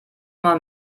man